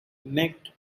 reenact